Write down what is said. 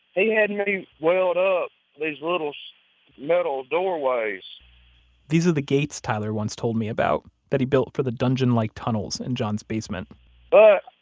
he had me weld up these little metal doorways these are the gates tyler once told me about, that he built for the dungeon-like tunnels in john's basement but,